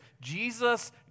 Jesus